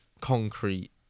concrete